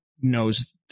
knows